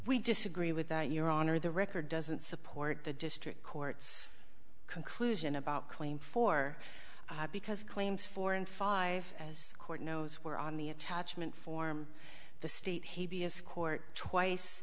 we disagree with that your honor the record doesn't support the district court's conclusion about claim four because claims four and five as court knows were on the attachment form the state heebie as court twice